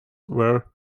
were